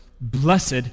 Blessed